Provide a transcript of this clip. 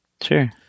sure